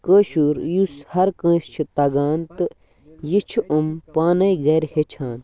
کٲشُر یُس ہر کٲنٛسہِ چھِ تَگان تہٕ یہِ چھِ یِم پانَے گَرِ ہیٚچھان